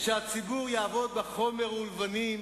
שהציבור יעבוד בחומר ובלבנים,